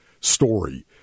story